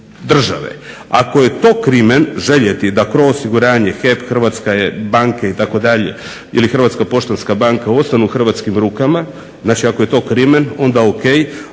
države. Ako je to krimen željeti da Cro osiguranje, HEP, hrvatske banke itd. ili Hrvatska poštanska banka ostanu u hrvatskim rukama, znači ako je to krimen onda o.k.,